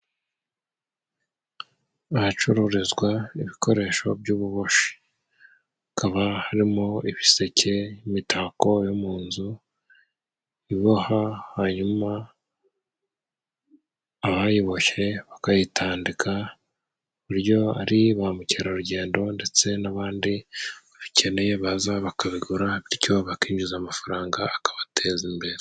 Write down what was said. Ahacururizwa ibikoresho by'ububoshi. Hakaba harimo ibiseke, imitako yo mu nzu iboha, hanyuma abayiboshe bakayitandika ku buryo ari ba mukerarugendo ndetse n'abandi babikeneye baza bakabigura, bityo bakinjiza amafaranga akabateza imbere.